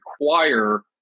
require